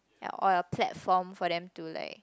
held or like a platform for them to like